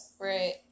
Right